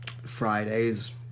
Fridays